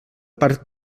part